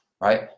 right